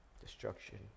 destruction